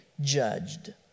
judged